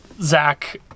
zach